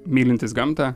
mylintis gamtą